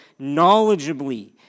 knowledgeably